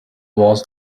was